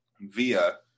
via